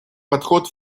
подход